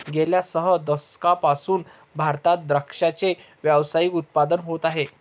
गेल्या सह दशकांपासून भारतात द्राक्षाचे व्यावसायिक उत्पादन होत आहे